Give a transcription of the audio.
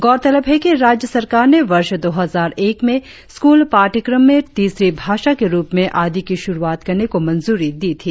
गौरतलब है कि राज्य सरकार ने वर्ष दो हजार एक में स्क्रल पाठ्यक्रम में तीसरी भाषा के रुप में आदी की शुरुआत करने को मंजूरी दी थी